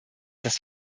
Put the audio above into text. das